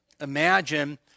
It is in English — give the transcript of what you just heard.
imagine